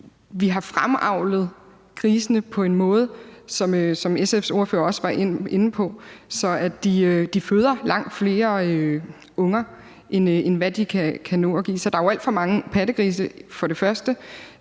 Vi har fremavlet grisene på en måde, som SF's ordfører også var inde på, så de føder langt flere unger, end de kan nå at give mad til. Først og fremmest er der jo alt for mange pattegrise til den enkelte